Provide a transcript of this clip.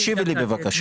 תקשיבי לי בבקשה.